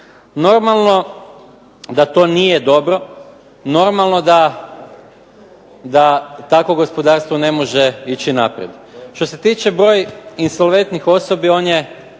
Normalno da to nije dobro, normalno da takvo gospodarstvo ne može ići naprijed. Što se tiče broja insolventnih osoba on je